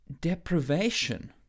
deprivation